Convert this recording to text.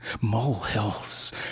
molehills